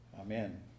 Amen